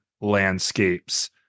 landscapes